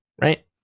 right